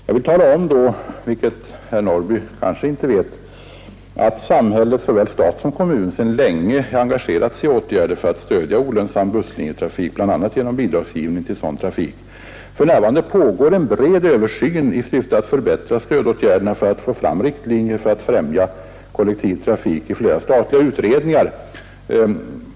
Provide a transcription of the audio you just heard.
Då vill jag tala om, vilket herr Norrby kanske inte vet, att såväl staten som kommunerna sedan länge är engagerade i åtgärder för att stödja olönsam busstrafik bl.a. genom bidragsgivning. För närvarande pågår en bred översyn i flera statliga utredningar i syfte att förbättra stödåtgärderna och få fram riktlinjer för ett främjande av den kollektiva trafiken.